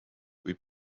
kui